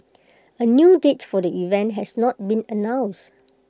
A new date for the event has not been announced